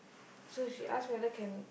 so she ask whether can